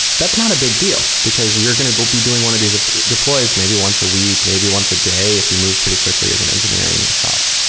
that's not a big deal, because you're going to but be doing one of these deploys maybe once a week, maybe once a day if you move pretty quickly as an engineering shop.